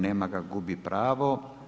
Nema ga, gubi pravo.